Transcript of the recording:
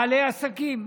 בעלי עסקים,